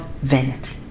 vanity